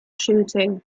shooting